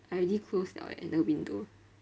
I already closed liao leh the window